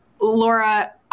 Laura